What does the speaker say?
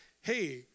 hey